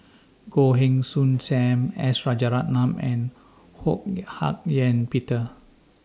Goh Heng Soon SAM S Rajaratnam and Ho Hak Ean Peter